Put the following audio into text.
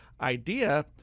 idea